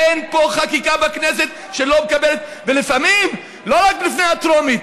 אין פה חקיקה בכנסת שלא מקבלת ולפעמים לא רק לפני הטרומית,